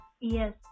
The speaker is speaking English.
Yes